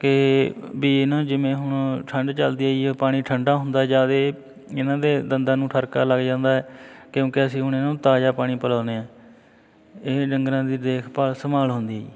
ਕਿ ਵੀ ਇਹ ਨਾ ਜਿਵੇਂ ਹੁਣ ਠੰਡ ਚੱਲਦੀ ਹੈ ਆ ਜੀ ਪਾਣੀ ਠੰਡਾ ਹੁੰਦਾ ਜ਼ਿਆਦਾ ਇਹਨਾਂ ਦੇ ਦੰਦਾਂ ਨੂੰ ਠਰਕਾ ਲੱਗ ਜਾਂਦਾ ਹੈ ਕਿਉਂਕਿ ਅਸੀਂ ਹੁਣ ਇਹਨਾਂ ਨੂੰ ਤਾਜ਼ਾ ਪਾਣੀ ਪਿਲਾਉਂਦੇ ਹਾਂ ਇਹ ਡੰਗਰਾਂ ਦੀ ਦੇਖਭਾਲ ਸੰਭਾਲ ਹੁੰਦੀ ਜੀ